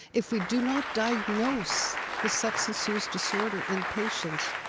if we do not diagnose the substance use disorder in patients